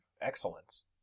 excellence